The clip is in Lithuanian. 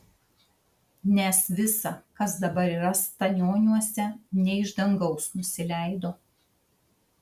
nes visa kas dabar yra stanioniuose ne iš dangaus nusileido